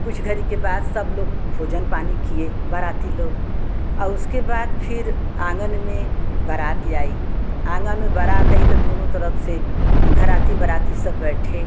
कुछ घरी के बाद सब लोग भोजन पानी किए बाराती लोग उसके बाद फिर आँगन में बारात आई आँगन में बारात आई तो दूनो तरफ से घराती बराती सब बैठे